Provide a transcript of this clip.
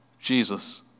Jesus